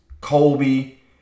Colby